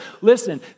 listen